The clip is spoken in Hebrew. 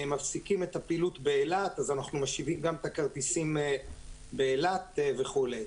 מפסיקים את הפעילות באילת אז אנחנו משיבים גם את הכרטיסים לאילת וכולי.